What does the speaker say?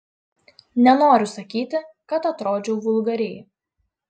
nenoriu sakyti kad atrodžiau vulgariai